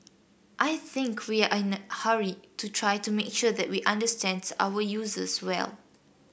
I think we are in a hurry to try to make sure that we understand our users well